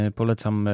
polecam